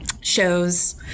shows